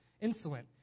insolent